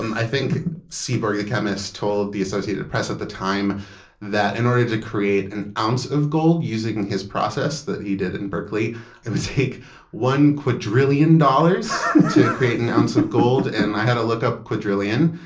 um i think seaborg, the chemist, told the associated press at the time that, in order to create an ounce of gold using his process that he did in berkeley, it would take one quadrillion dollars to create an ounce of gold, and i had to look up quadrillion.